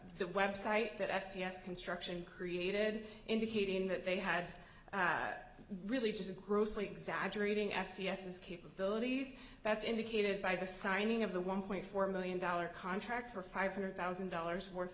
the website that s t s construction created indicating that they had really just grossly exaggerating s e s his capabilities that's indicated by the signing of the one point four million dollar contract for five hundred thousand dollars worth